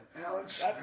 Alex